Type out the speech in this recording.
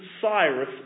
Cyrus